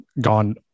gone